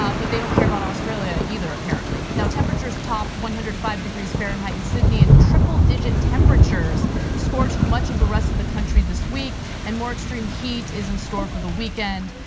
um but they don't care about australia either apparently. now temperatures topped one hundred and five degrees fahrenheit in sydney. and triple digit temperatures scorched much of the rest of the country this week. and more extreme heat is in store for the weekend,